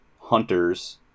Hunters